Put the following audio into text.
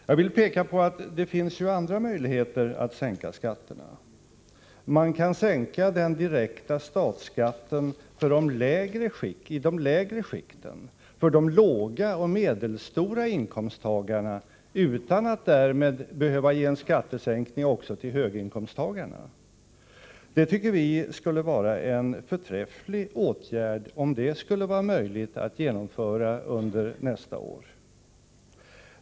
Jag vill peka på att det finns andra möjligheter att sänka skatterna. Man kan sänka den direkta statsskatten i de lägre skikten, för lågoch medelinkomsttagare, utan att därmed också behöva ge en skattesänkning till höginkomsttagare. Vi tycker att det skulle vara förträffligt om det skulle vara möjligt att genomföra den åtgärden under nästa år.